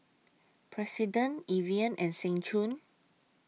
President Evian and Seng Choon